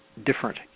different